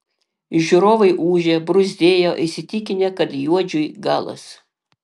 žiūrovai ūžė bruzdėjo įsitikinę kad juodžiui galas